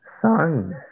Sons